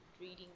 reading